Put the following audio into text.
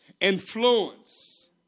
Influence